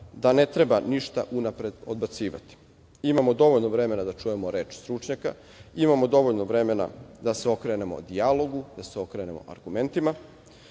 da ne treba ništa unapred odbacivati. Imamo dovoljno vremena da čujemo reč stručnjaka, imamo dovoljno vremena da se okrenemo dijalogu, argumentima